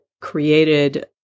created